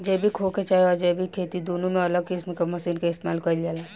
जैविक होखे चाहे अजैविक खेती दुनो में अलग किस्म के मशीन के इस्तमाल कईल जाला